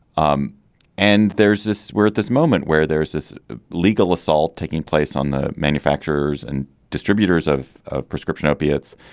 um and there's this. we're at this moment where there is this legal assault taking place on the manufacturers and distributors of ah prescription opiates.